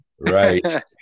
Right